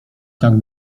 tak